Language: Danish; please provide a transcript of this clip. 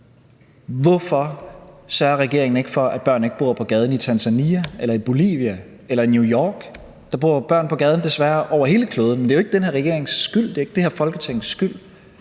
Hvorfor sørger regeringen ikke for, at børn ikke bor på gaden i Tanzania eller i Bolivia eller i New York? Der bor jo desværre børn på gaden over hele kloden, men det er jo ikke den her regerings skyld, det er ikke det her Folketings skyld.